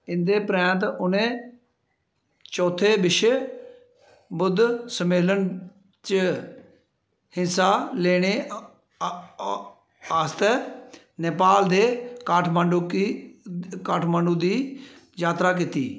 इं'दे परैंत्त उ'नें चौथे विश्व बौद्ध सम्मेलन च हिस्सा लैने आस्तै नेपाल दे काठमांडू की काठमांडू दी जात्तरा कीती